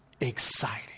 exciting